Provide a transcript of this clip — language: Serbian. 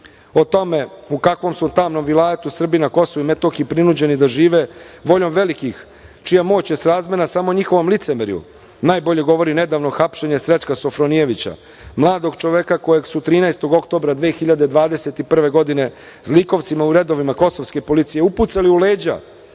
O tome u kakvom su tamnom vilajetu Srbi na KiM prinuđeni da žive, voljom velikih čija je moć srazmerna samo njihovom licemerju najbolje govori nedavno hapšenje Srećka Sofronijevića, mladog čoveka koje su 13. oktobra 2021. godine zlikovci u redovima kosovke policije upucali u leđa